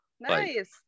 Nice